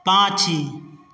पाछी